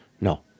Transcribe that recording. No